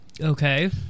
okay